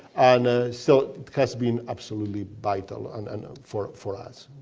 and ah so it has been absolutely vital and and ah for for us.